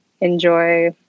enjoy